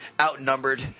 outnumbered